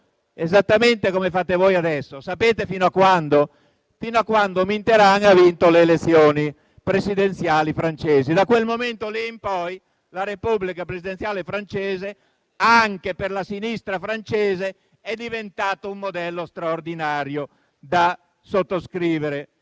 esattamente come fate voi adesso). Sapete fino a quando? Fino a quando Mitterrand ha vinto le elezioni presidenziali francesi: da quel momento in poi, la Repubblica presidenziale francese anche per la sinistra francese è diventata un modello straordinario da sottoscrivere.